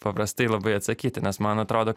paprastai labai atsakyti nes man atrodo